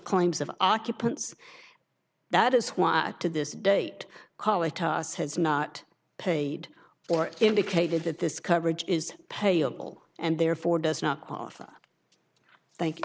claims of occupants that is why to this date callie toss has not paid or indicated that this coverage is payable and therefore does not qualify thank